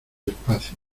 espacio